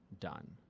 done